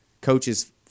coaches –